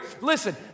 Listen